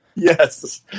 Yes